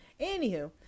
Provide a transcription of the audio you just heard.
Anywho